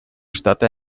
штаты